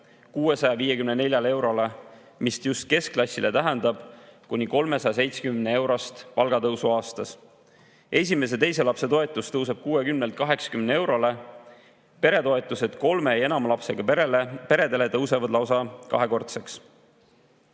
654 eurole, mis just keskklassile tähendab kuni 370‑eurost palgatõusu aastas. Esimese ja teise lapse toetus tõuseb 60‑lt 80 eurole. Peretoetused kolme ja enama lapsega peredele tõusevad lausa kahekordseks. Eakatele